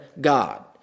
God